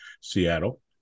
Seattle